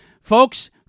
Folks